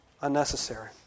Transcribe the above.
unnecessary